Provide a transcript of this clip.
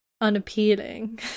unappealing